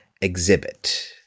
exhibit